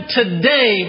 today